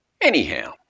Anyhow